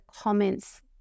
comments